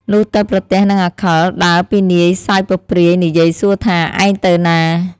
លុះទៅប្រទះនឹងអាខិលដើរពីនាយសើចពព្រាយនិយាយសួរថា“ឯងទៅណា? ”។